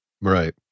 Right